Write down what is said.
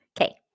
Okay